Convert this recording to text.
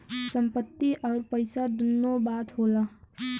संपत्ति अउर पइसा दुन्नो बात होला